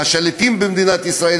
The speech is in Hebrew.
והשליטים במדינת ישראל,